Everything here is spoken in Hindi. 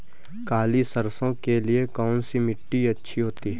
काली सरसो के लिए कौन सी मिट्टी अच्छी होती है?